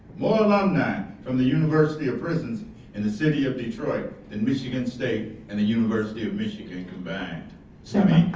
more alumni from the university of prisons in the city of detroit and michigan state and the university of michigan combined semi.